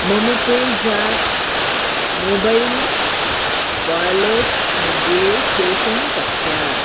मम पेज़ाप् मोबैल् वालेट्मध्ये शेषं पश्य